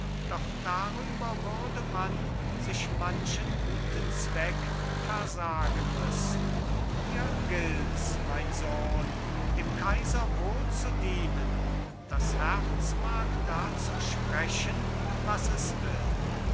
doch darüber würde man sich manchen guten zweck versagen müssen hier gilts mein sohn dem kaiser wohl zu dienen das herz mag dazu sprechen was es will